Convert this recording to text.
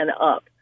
up